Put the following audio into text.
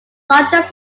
largest